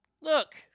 Look